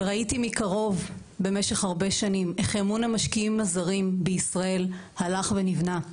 וראיתי מקרוב במשך הרבה שנים איך אמון המשקיעים הזרים בישראל הלך ונבנה.